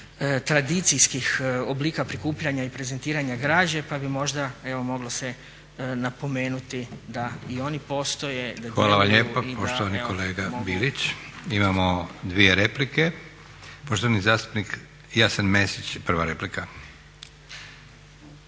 Hvala vam lijepo poštovani kolega Bilić. Imamo dvije replike. Poštovani zastupnik Jasen Mesić, prva replika.